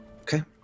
Okay